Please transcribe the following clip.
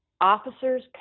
officers